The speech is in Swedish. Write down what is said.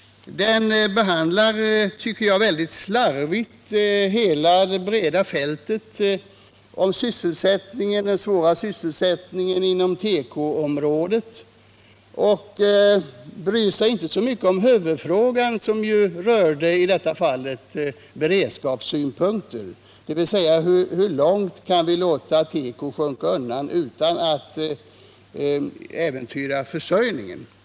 Den behandlar, tycker jag, väldigt slarvigt hela det breda fältet på tekoområdet och den svåra sysselsättningssituationen där och bryr sig inte så mycket om huvudfrågan i det här fallet, beredskapssynpunkterna och hur långt vi kan låta produktionen inom tekoindustrin sjunka utan att försörjningen äventyras.